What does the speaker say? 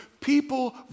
People